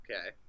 Okay